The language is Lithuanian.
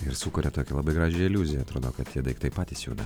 ir sukuria tokį labai gražią iliuziją atrodo kad tie daiktai patys juda